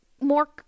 more